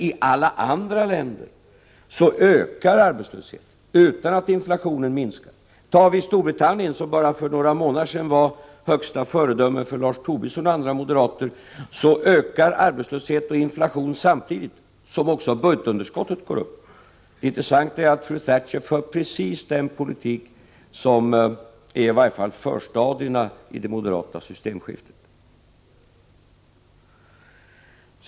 I alla andra länder ökar arbetslösheten utan att inflationen minskar. I Storbritannien, som för bara några månader sedan var högsta föredöme för Lars Tobisson och andra moderater, ökar arbetslösheten och inflationen samtidigt som också budgetunderskottet går upp. Det intressanta är att fru Thatcher för precis den politik som är i varje fall förstadierna i det moderata systemskiftet.